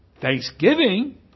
Thanksgiving